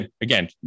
again